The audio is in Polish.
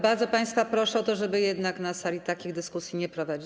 Bardzo państwa proszę o to, żeby jednak na sali takich dyskusji nie prowadzić.